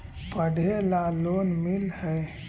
पढ़े ला लोन मिल है?